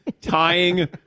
Tying